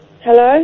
Hello